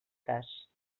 cas